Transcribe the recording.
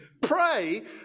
Pray